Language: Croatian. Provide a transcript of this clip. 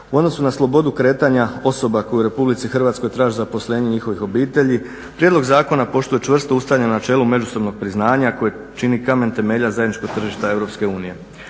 U odnosu na slobodu kretanja osoba koje u RH traže zaposlenje njihovih obitelji, prijedlog zakona poštuje čvrsto Ustavno načelo međusobnog priznanja koje čini kamen temeljac zajedničkog tržišta EU.